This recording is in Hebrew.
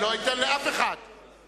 לא אתן לאף אחד,